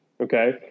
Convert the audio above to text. Okay